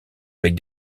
avec